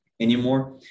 Anymore